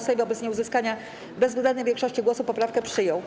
Sejm wobec nieuzyskania bezwzględnej większości głosów poprawkę przyjął.